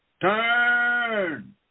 turn